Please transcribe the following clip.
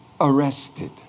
arrested